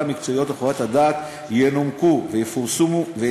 המקצועית וחוות הדעת ינומקו ויפורסמו